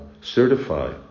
certify